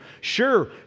Sure